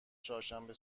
چهارشنبه